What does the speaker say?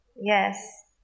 Yes